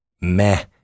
Meh